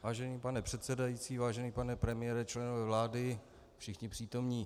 Vážený pane předsedající, vážený premiére, členové vlády, všichni přítomní.